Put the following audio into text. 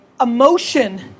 Emotion